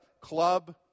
club